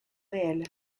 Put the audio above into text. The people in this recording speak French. réel